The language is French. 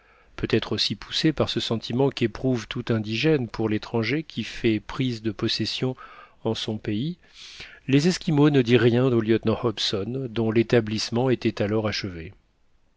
peut-être aussi poussés par ce sentiment qu'éprouve tout indigène pour l'étranger qui fait prise de possession en son pays les esquimaux ne dirent rien au lieutenant hobson dont l'établissement était alors achevé